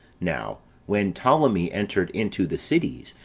now when ptolemee entered into the cities,